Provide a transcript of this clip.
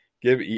Give